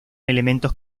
elementos